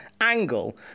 angle